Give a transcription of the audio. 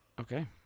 Okay